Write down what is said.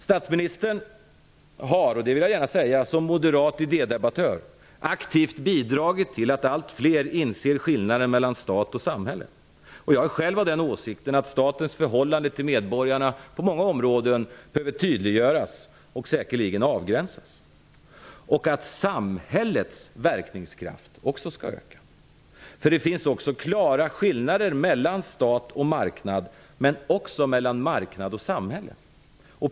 Statsministern har som moderat idédebattör aktivt bidragit till att allt fler inser skillnaden mellan stat och samhälle. Det vill jag gärna säga. Jag är själv av den åsikten att statens förhållande till medborgarna på många områden behöver tydliggöras och säkerligen avgränsas och att samhällets verkningskraft också skall öka. Det finns klara skillnader mellan stat och marknad men också mellan marknad och samhälle.